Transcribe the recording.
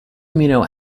amino